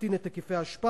להקטין את היקפי האשפה.